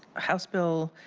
house bill